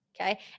okay